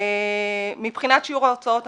מבחינת שיעור ההוצאות,